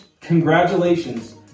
Congratulations